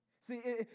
See